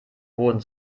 boden